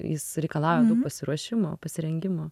jis reikalauja daug pasiruošimo pasirengimo